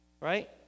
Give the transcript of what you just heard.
right